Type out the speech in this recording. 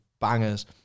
bangers